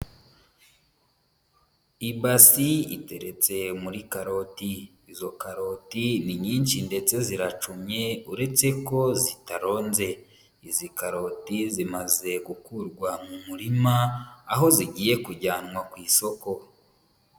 Ibasi iteretse muri karoti, izo karoti ni nyinshi ndetse ziracumye uretse ko zitaronze, izi karoti zimaze gukurwa mu murima aho zigiye kujyanwa ku isoko.